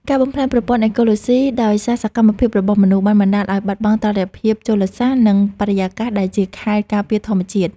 ការបំផ្លាញប្រព័ន្ធអេកូឡូស៊ីដោយសារសកម្មភាពរបស់មនុស្ស បានបណ្ដាលឱ្យបាត់បង់តុល្យភាពជលសាស្ត្រ និងបរិយាកាសដែលជាខែលការពារធម្មជាតិ។